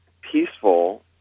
peaceful